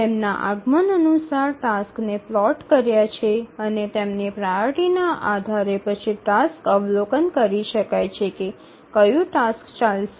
તેમના આગમન અનુસાર ટાસક્સ ને પ્લોટ કર્યા છે અને તેમની પ્રાઓરિટીના આધારે પછી ટાસ્ક અવલોકન કરી શકાય છે કે કયું ટાસ્ક ચાલશે